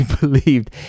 believed